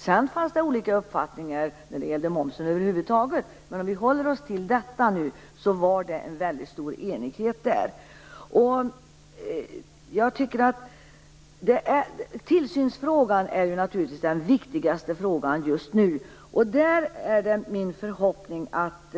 Sedan fanns det olika uppfattningar när det gällde momsen över huvud taget, men håller vi oss till detta fanns det en stor enighet. Jag tycker att tillsynsfrågan naturligtvis är den viktigaste frågan just nu. Det är min förhoppning att